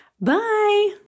Bye